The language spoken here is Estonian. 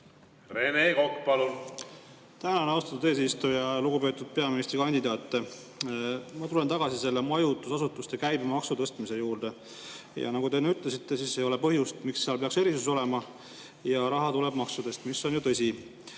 Rene Kokk, palun! Tänan, austatud eesistuja! Lugupeetud peaministrikandidaat! Ma tulen tagasi majutusasutuste käibemaksu tõstmise juurde. Nagu te ütlesite, ei ole põhjust, miks seal peaks erisus olema, ja raha tuleb maksudest, mis on ju tõsi.